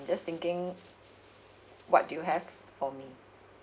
just thinking what do you have for me